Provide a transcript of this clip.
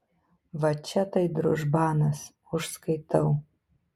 va čia tai družbanas užskaitau